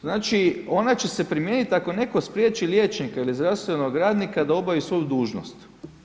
Znači ona će se primijeniti ako netko spriječi liječnika ili zdravstvenog radnika da obavi svoju dužnost.